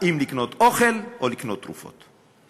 האם לקנות אוכל או לקנות תרופות.